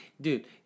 Dude